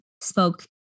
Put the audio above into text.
spoke